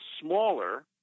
smaller